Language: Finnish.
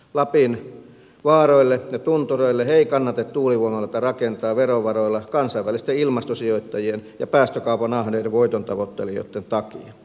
lapin vaaroille ja tuntureille ei kannata tuulivoimaloita rakentaa verovaroilla kansainvälisten ilmastosijoittajien ja päästökaupan ahneiden voitontavoittelijoitten takia